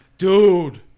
Dude